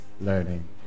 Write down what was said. learning